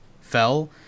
fell